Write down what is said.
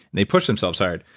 they push themselves hard,